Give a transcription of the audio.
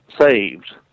saved